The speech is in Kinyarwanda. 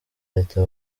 leta